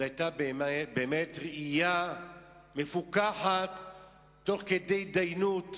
זו היתה באמת ראייה מפוכחת תוך כדי התדיינות,